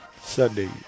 Sunday